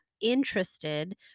interested